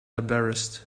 embarrassed